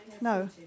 No